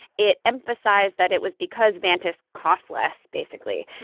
it emphasized that it was because vantas cost less, basically.